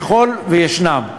ככל שישנן.